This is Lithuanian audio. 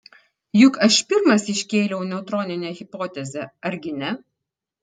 juk aš pirmas iškėliau neutroninę hipotezę argi ne